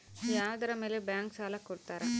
ಯಾವುದರ ಮೇಲೆ ಬ್ಯಾಂಕ್ ಸಾಲ ಕೊಡ್ತಾರ?